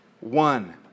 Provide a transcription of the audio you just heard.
One